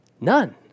None